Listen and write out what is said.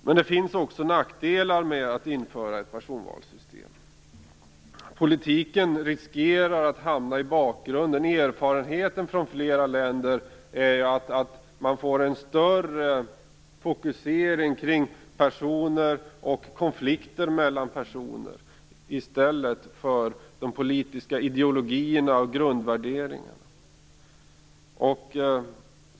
Men det finns också nackdelar med att införa ett personvalssystem. Politiken riskerar att hamna i bakgrunden. Erfarenheten från flera länder är att man får en större fokusering på personer och konflikter mellan personer, i stället för på politiska ideologier och grundvärderingar.